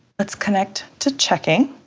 let's connect to checking